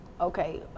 Okay